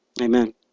amen